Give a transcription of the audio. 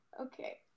Okay